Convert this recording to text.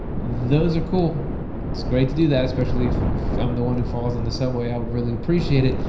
those are cool. it's great to do that, especially if i'm the one who falls in the subway i would really appreciate it.